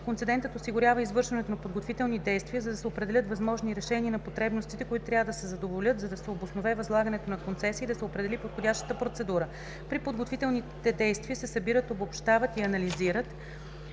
Концедентът осигурява извършването на подготвителни действия, за да се определят възможните решения на потребностите, които трябва да се задоволят, да се обоснове възлагането на концесия и да се определи подходящата процедура. При подготвителните действия се събират, обобщават и анализират